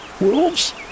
Wolves